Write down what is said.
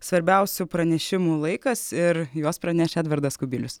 svarbiausių pranešimų laikas ir juos praneš edvardas kubilius